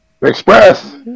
Express